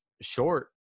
short